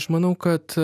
aš manau kad